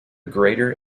greater